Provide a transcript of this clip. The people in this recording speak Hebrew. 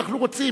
אנחנו רוצים.